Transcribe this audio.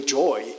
joy